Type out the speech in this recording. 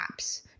apps